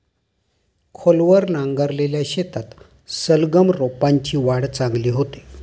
खोलवर नांगरलेल्या शेतात सलगम रोपांची वाढ चांगली होते